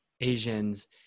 Asians